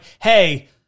hey